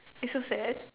it's so sad